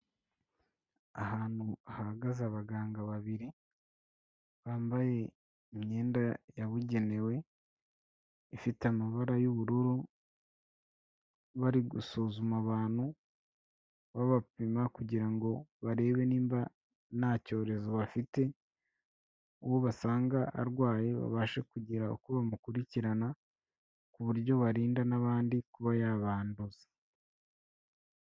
Ahantu hahagaze abaganga babiri, bambaye imyenda yabugenewe ifite amabara y'ubururu, bari gusuzuma abantu babapima kugira ngo barebe nimba nta cyorezo bafite, uwo basanga arwaye babasha kugira uko bamukurikirana, ku buryo barinda n'abandi kuba yabanduza.